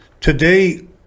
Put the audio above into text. Today